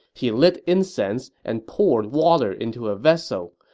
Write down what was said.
he lit incense and poured water into a vessel.